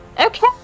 Okay